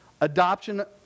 adoption